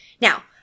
Now